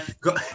Go